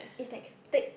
it's like thick